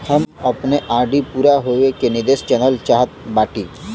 हम अपने आर.डी पूरा होवे के निर्देश जानल चाहत बाटी